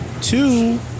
two